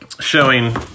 showing